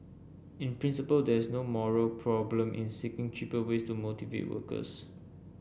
in principle there is no moral problem in seeking cheaper ways to motivate workers